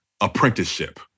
apprenticeship